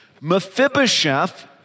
Mephibosheth